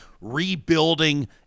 rebuilding